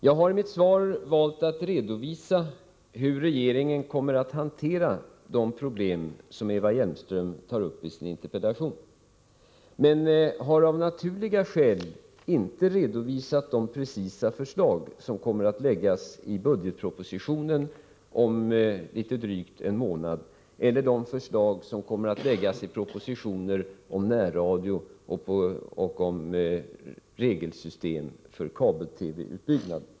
Jag har i mitt svar redovisat hur regeringen kommer att hantera de problem som Eva Hjelmström tar upp i sin interpellation men har av naturliga skäl inte redovisat de precisa förslag som kommer att framläggas i budgetpropositionen om litet drygt en månad eller de förslag som kommer att framläggas i propositioner om närradio och om regelsystem för kabel-TV-utbyggnad.